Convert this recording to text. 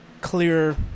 clear